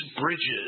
bridges